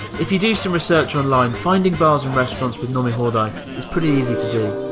if you do some research online, finding bars and restaurants with nomihoudai is pretty easy to do.